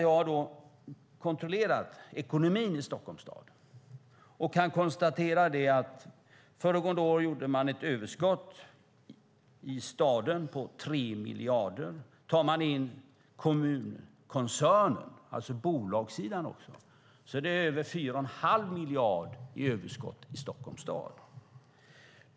Jag har kontrollerat ekonomin i Stockholms stad och kan konstatera att man föregående år hade ett överskott i staden på 3 miljarder. Tar man in resultatet för kommunkoncernen, alltså bolagssidan, blir det över 4 1⁄2 miljard i överskott i Stockholms stad.